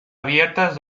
abiertas